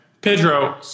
Pedro